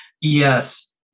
Yes